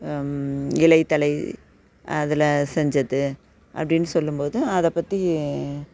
இலை தழை அதில் செஞ்சது அப்படின்னு சொல்லும் போது அதை பற்றி